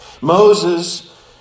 Moses